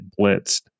blitzed